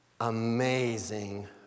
Amazing